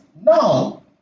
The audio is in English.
Now